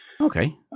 Okay